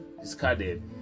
discarded